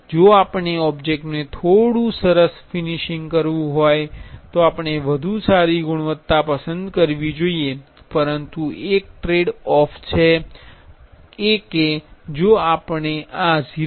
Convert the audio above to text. જો આપણે ઓબ્જેક્ટનુ થોડુ સરસ ફિનિશિંગ કરવુ હોય તો આપણે વધુ સારી ગુણવત્તા પસંદ કરવી જોઈએ પરંતુ એક ટ્રેડ ઓફ એ છે કે જો આપણે આ 0